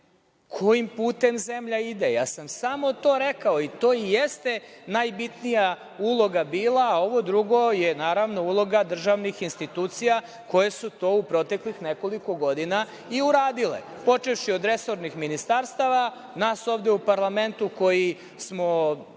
kojim putem zemlja ide. Samo sam to rekao i to jeste najbitnija uloga bila, a ovo drugo je uloga državnih institucija koje su to u proteklih nekoliko godina i uradile, počevši od resornih ministarstava, nas ovde u parlamentu koji smo